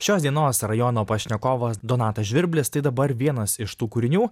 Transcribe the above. šios dienos rajono pašnekovas donatas žvirblis tai dabar vienas iš tų kūrinių